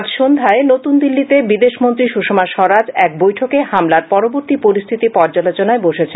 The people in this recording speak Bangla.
আজ সন্ধ্যায় নতুন দিল্লিতে বিদেশ মন্ত্রী সৃষমা স্বরাজ এক বৈঠকে হামলার পরবর্তী পরিস্থিতি পর্যালোচনায় বসেছেন